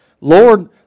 Lord